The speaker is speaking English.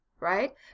right